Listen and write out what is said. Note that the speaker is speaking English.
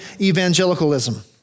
evangelicalism